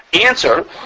answer